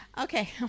okay